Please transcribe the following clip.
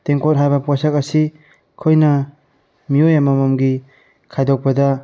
ꯇꯦꯡꯀꯣꯠ ꯍꯥꯏꯕ ꯄꯣꯠꯁꯛ ꯑꯁꯤ ꯑꯩꯈꯣꯏꯅ ꯃꯤꯑꯣꯏ ꯑꯃꯃꯝꯒꯤ ꯈꯥꯏꯗꯣꯛꯄꯗ